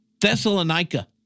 Thessalonica